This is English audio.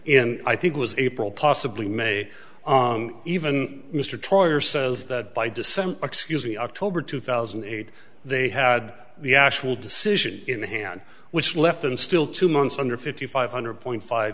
and i think was april possibly may even mr troyer says that by december excuse me october two thousand and eight they had the actual decision in hand which left them still two months under fifty five hundred point five